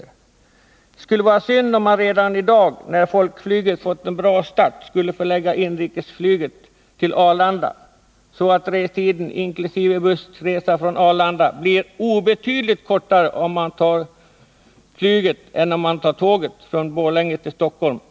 Det skulle vara synd om man redan i dag när folkflyget fått en bra start skulle förlägga inrikesflyget till Arlanda så att restiden inkl. bussresa från Arlanda blir obetydligt kortare än om man tar tåget från Borlänge till Stockholm.